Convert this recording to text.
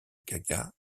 gaga